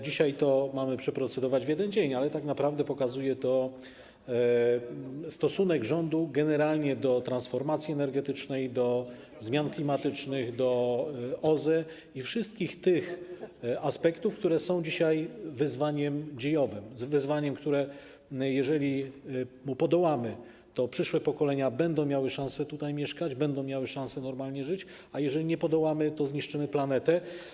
Dzisiaj mamy to przeprocedować w jeden dzień, ale tak naprawdę pokazuje to stosunek rządu generalnie do transformacji energetycznej, do zmian klimatycznych, do OZE i wszystkich tych aspektów, które są dzisiaj wyzwaniem dziejowym, wyzwaniem, któremu jeżeli podołamy, to przyszłe pokolenia będą miały szansę tutaj mieszkać, będą miały szansę normalnie żyć, a jeżeli nie podołamy, to zniszczymy planetę.